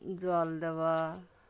জল দেওয়া